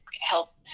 help